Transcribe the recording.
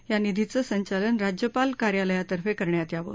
या निधीचं संचालन राज्यपाल कार्यालयातर्फे करण्यात यावं